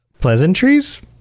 Pleasantries